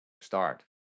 start